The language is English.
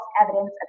evidence